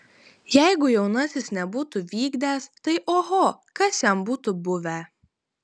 jeigu jaunasis nebūtų vykdęs tai oho kas jam būtų buvę